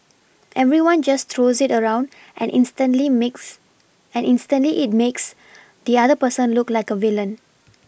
everyone just throws it around and instantly makes and instantly it makes the other person look like a villain